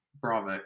Bravo